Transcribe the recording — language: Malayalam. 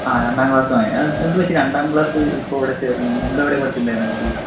ആ രണ്ടാംക്ലാസ്സ് എന്തുപറ്റി രണ്ടാംക്ലാസ്സിപ്പോൾ ഇവിടെ ചേർക്കണേൽ മുമ്പേ എവിടെയാ പഠിച്ചിട്ടുണ്ടാരുന്നത് കുട്ടി